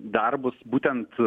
darbus būtent